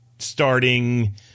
starting